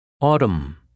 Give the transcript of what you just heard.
Autumn